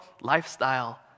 lifestyle